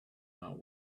now